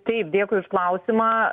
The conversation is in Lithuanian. taip dėkui už klausimą